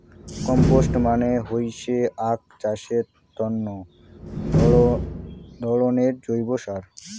compost মানে হইসে আক চাষের তন্ন ধরণের জৈব সার